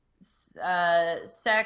sex